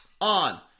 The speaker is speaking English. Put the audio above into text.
on